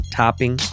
topping